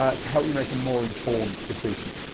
ah to help you make a more informed decision.